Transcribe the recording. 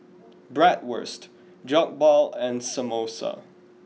Bratwurst Jokbal and Samosa